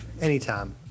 Anytime